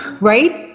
right